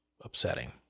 upsetting